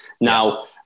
now